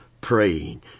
praying